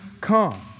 come